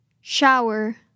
shower